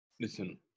listen